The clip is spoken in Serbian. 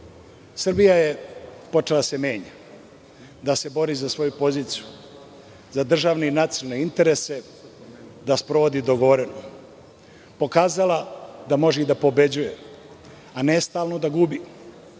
je počela da se menja. Da se bori za svoju poziciju, za državni i nacionalne interese, da sprovodi dogovoreno. Pokazala da može i da pobeđuje, a ne stalno da gubi.